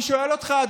אני שואל אותך,